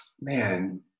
man